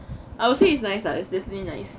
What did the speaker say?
I would say it's nice lah it's seriously nice